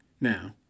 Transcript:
now